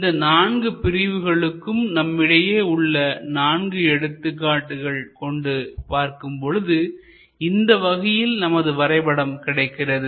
இந்த நான்கு பிரிவுகளும் நம்மிடையே உள்ள நான்கு எடுத்துக்காட்டுகள் கொண்டு பார்க்கும் பொழுது இந்த வகையில் நமது வரைபடம் கிடைக்கிறது